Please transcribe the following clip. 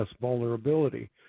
vulnerability